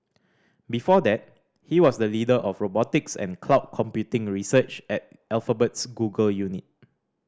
before that he was the leader of robotics and cloud computing research at Alphabet's Google unit